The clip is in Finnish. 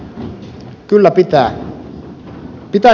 kyllä pitää